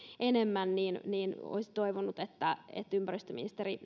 enemmän niin niin olisi toivonut että että ympäristöministeri